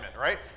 right